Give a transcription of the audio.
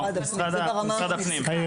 זה משרד הפנים.